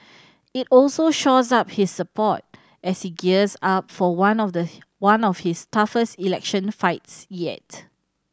it also shores up his support as he gears up for one of the one of his toughest election fights yet